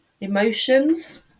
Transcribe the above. emotions